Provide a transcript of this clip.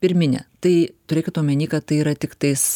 pirminę tai turėkit omeny kad tai yra tiktais